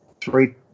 three